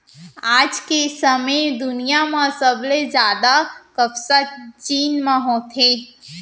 आज के समे म दुनिया म सबले जादा कपसा चीन म होथे